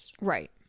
Right